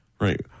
right